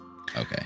Okay